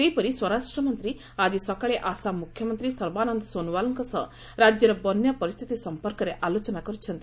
ସେହିପରି ସ୍ୱରାଷ୍ଟ୍ରମନ୍ତ୍ରୀ ଆଜି ସକାଳେ ଆସାମ ମୁଖ୍ୟମନ୍ତ୍ରୀ ସର୍ବାନନ୍ଦ ସୋନୱାଲଙ୍କ ସହ ରାଜ୍ୟର ବନ୍ୟା ପରିସ୍ଥିତି ସଂପର୍କରେ ଆଲୋଚନା କରିଛନ୍ତି